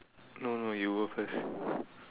no no you go first